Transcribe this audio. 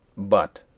but,